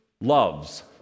loves